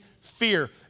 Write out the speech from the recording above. Fear